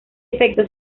efecto